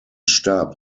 starb